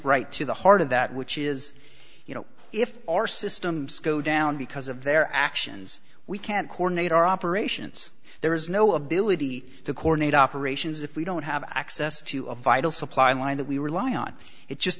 right to the heart of that which is you know if our systems go down because of their actions we can't coordinate our operations there is no ability to coordinate operations if we don't have access to a vital supply line that we rely on it just